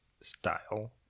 style